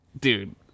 dude